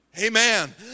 Amen